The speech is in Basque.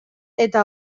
eta